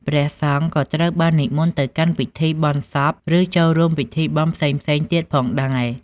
ព្រះសង្ឃក៏ត្រូវបាននិមន្តទៅកាន់ពិធីបុណ្យបុណ្យសព ឬចូលរួមពីធីបុណ្យផ្សេងៗទៀតផងដែរ។